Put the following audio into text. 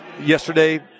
yesterday